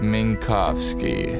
Minkowski